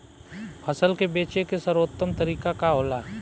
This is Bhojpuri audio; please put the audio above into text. फसल के बेचे के सर्वोत्तम तरीका का होला?